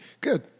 Good